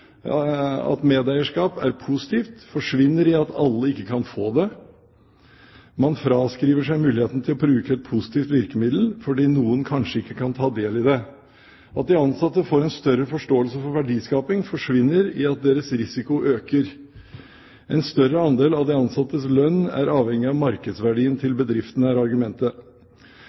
At medeierskap er positivt, forsvinner i at ikke alle kan få det. Man fraskriver seg muligheten til å bruke et positivt virkemiddel fordi noen kanskje ikke kan ta del i det. At de ansatte får større forståelse for verdiskaping, forsvinner i at deres risiko øker. En større andel av de ansattes lønn er avhengig av markedsverdiene til bedriftene, er argumentet.